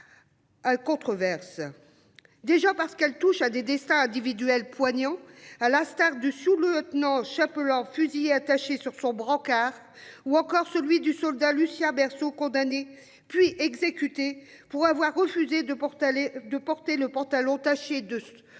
À controverse. Déjà parce qu'elle touche à des destins individuels poignant à la Star du sous-, lieutenant Chapelon fusillé attachée sur son brancard ou encore celui du soldat Lucia berceau condamnés puis exécutés pour avoir refusé de portes de porter le pantalon taché de de son, de